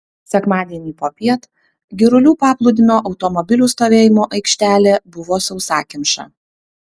sekmadienį popiet girulių paplūdimio automobilių stovėjimo aikštelė buvo sausakimša